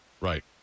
Right